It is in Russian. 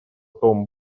том